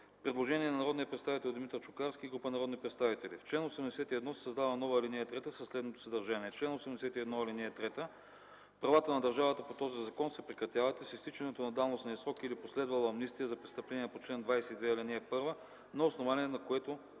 Предложение на народния представител Димитър Чукарски и група народни представители – в чл. 81 се създава нова ал. 3 със следното съдържание: „Чл. 81, ал. 3. Правата на държавата по този закон се прекратяват и с изтичането на давностния срок или последвала амнистия за престъплението по чл. 22, ал. 1, на основание на което